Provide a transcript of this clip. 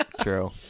true